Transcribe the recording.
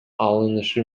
алынышы